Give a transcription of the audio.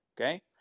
Okay